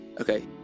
Okay